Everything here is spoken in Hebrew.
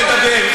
אני מדבר.